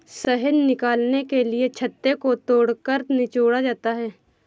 शहद निकालने के लिए छत्ते को तोड़कर निचोड़ा जाता है